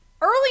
early